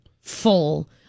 full